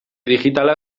digitala